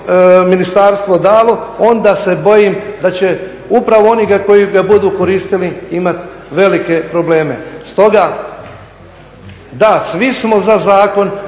ministarstvo dalo, onda se bojim da će upravo oni koji ga budu koristili imat velike probleme. Stoga da, svi smo za zakon,